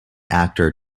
actor